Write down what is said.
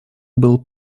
был